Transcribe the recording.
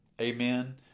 amen